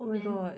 oh my god then